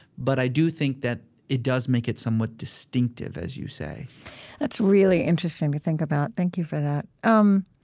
but i do think that it does make it somewhat distinctive, as you say that's really interesting to think about. thank you for that um